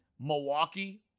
Milwaukee